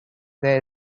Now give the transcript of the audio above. their